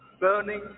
burning